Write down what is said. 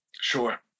Sure